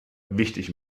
wichtig